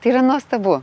tai yra nuostabu